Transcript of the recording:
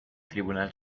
tribunal